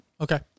Okay